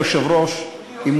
אדוני היושב-ראש, כולי אוזן.